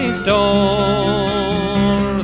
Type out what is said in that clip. store